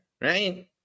right